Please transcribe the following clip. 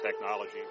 technology